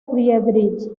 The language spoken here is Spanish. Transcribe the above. friedrich